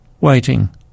waiting